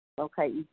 Okay